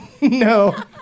No